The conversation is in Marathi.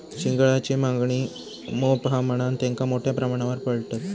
चिंगळांची मागणी मोप हा म्हणान तेंका मोठ्या प्रमाणावर पाळतत